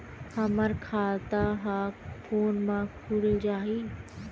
हमर खाता ह फोन मा खुल जाही?